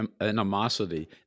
animosity